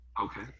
Okay